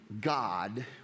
God